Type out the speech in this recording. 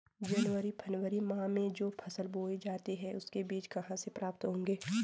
जनवरी फरवरी माह में जो फसल बोई जाती है उसके बीज कहाँ से प्राप्त होंगे?